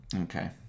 Okay